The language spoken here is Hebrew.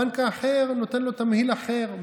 הבנק האחר נותן לו תמהיל אחר,